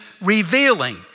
revealing